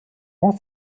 ans